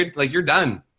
dude, like you're done,